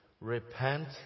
Repent